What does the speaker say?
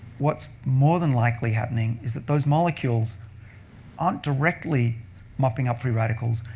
what's more than likely happening is that those molecules aren't directly mopping up free radicals,